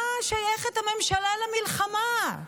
מה שייכת הממשלה למלחמה?